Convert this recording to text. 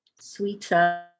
sweeter